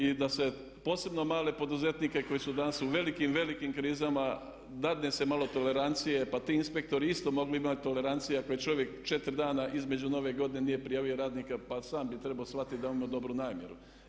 I da se posebno male poduzetnike koji su danas u velikim, velikim krizama dadne se malo tolerancije pa ti inspektori isto bi mogli imat tolerancije ako je čovjek 4 dana između nove godine nije prijavio radnika, pa sam bi trebao shvatiti … dobru namjeru.